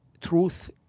truth